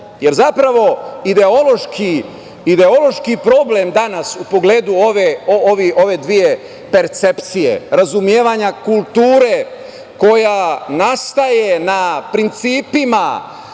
jer zapravo ideološki problem danas u pogledu ove dve percepcije razumevanja kulture koja nastaje na principima